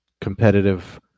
competitive